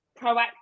proactive